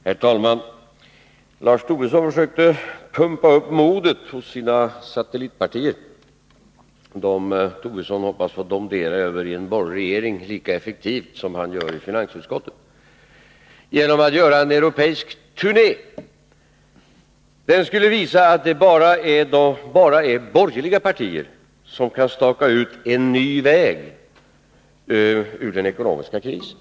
Herr talman! Lars Tobisson försökte pumpa upp modet hos sina satellitpartier, som Lars Tobisson hoppas få domdera över i en borgerlig regering lika effektivt som han gör i finansutskottet, genom att göra en europeisk turné. Den skulle visa att det bara är borgerliga partier som kan staka ut en ny väg ur den ekonomiska krisen.